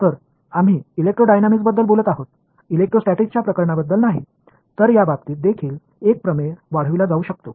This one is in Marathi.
तर आम्ही इलेक्ट्रोडायनामिक्सबद्दल बोलत आहोत इलेक्ट्रोस्टॅटिक्सच्या प्रकरणांबद्दल नाही तर त्या बाबतीत देखील एक प्रमेय वाढविला जाऊ शकतो